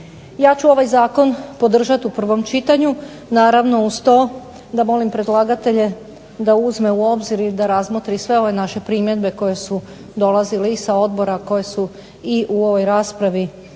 Ja ću ovaj zakon podržati u prvom čitanju, naravno uz to da molim predlagatelje da uzme u obzir i da razmotri sve ove naše primjedbe koje su dolazile i sa odbora, koje su i u ovoj raspravi